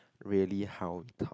really how